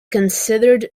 considered